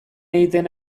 egiten